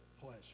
pleasure